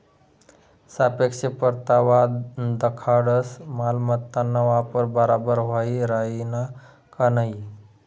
सापेक्ष परतावा दखाडस मालमत्ताना वापर बराबर व्हयी राहिना का नयी